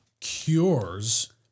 Cures